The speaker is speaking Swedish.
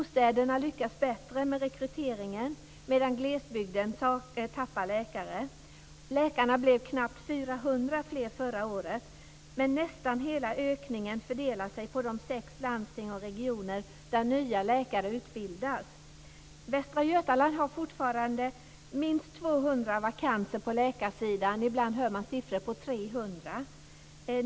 Storstäderna lyckas bättre med rekryteringen, medan glesbygden tappar läkare. Läkarna blev knappt 400 fler förra året, men nästan hela ökningen fördelar sig på de sex landsting och regioner där nya läkare utbildas. Västra Götaland har fortfarande minst 200 vakanser på läkarsidan. Ibland hör man siffran 300.